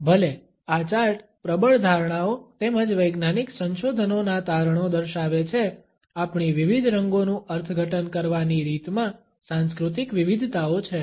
ભલે આ ચાર્ટ પ્રબળ ધારણાઓ તેમજ વૈજ્ઞાનિક સંશોધનોના તારણો દર્શાવે છે આપણી વિવિધ રંગોનું અર્થઘટન કરવાની રીતમાં સાંસ્કૃતિક વિવિધતાઓ છે